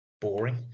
boring